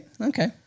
Okay